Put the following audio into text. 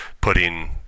putting